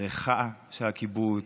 הבריכה של הקיבוץ,